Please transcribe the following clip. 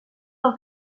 del